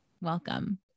welcome